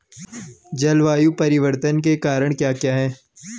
जलवायु परिवर्तन के कारण क्या क्या हैं?